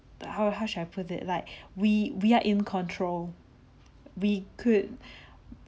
the how how should I put it like we we are in control we could